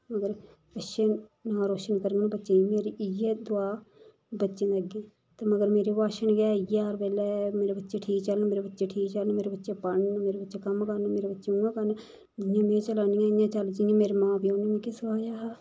मगर अच्छे नांऽ रोशन करङन बच्चें बी मेरी इ'यै दुआ बच्चे अग्गें ते मगर मेरे भाशन गै इ'यां हर बेल्लै मेरे बच्चे ठीक चलन मेरे बच्चे ठीक चलन मेरे बच्चे पढ़न मेरे बच्चे कम्म करन मेरे बच्चे उ'यां करन जियां में चलानी आं इ'यां चल जियां मेरे मां प्यौ ने मिगी सखाया हा